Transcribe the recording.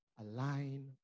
align